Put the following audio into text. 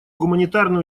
гуманитарные